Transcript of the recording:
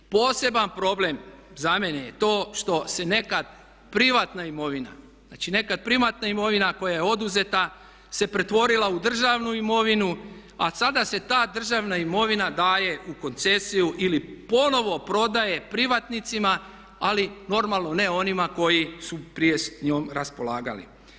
Poseban problem za mene je to što se nekad privatna imovina, znači nekada privatna imovina koja je oduzeta se pretvorila u državnu imovinu a sada se ta državna imovina daje u koncesiju ili ponovno prodaje privatnicima ali formalno ne onima koji su prije s njom raspolagali.